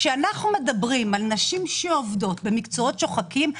כשאנחנו מדברים על נשים שעובדות במקצועות שוחקים,